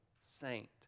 saint